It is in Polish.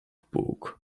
puk